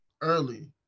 early